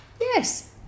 Yes